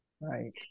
Right